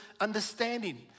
understanding